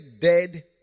dead